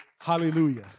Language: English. Hallelujah